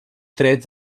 trets